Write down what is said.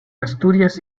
asturias